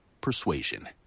persuasion